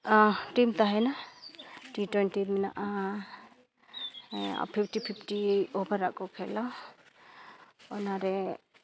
ᱟᱨ team ᱛᱟᱦᱮᱱᱟ T twenty ᱢᱮᱱᱟᱜᱼᱟ ᱟᱨ ᱯᱷᱤᱯᱴᱤ ᱯᱷᱤᱯᱴᱤ ᱚᱵᱷᱟᱨᱟᱜ ᱠᱚ ᱠᱷᱮᱞᱚᱜᱼᱟ ᱚᱱᱟᱨᱮ